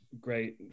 great